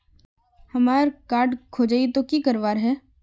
हमार कार्ड खोजेई तो की करवार है?